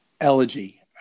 Elegy